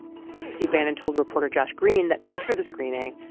steve bannon told reporter josh green that after the screening,